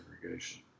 segregation